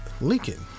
lincoln